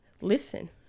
listen